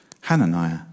Hananiah